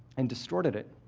and distorted it,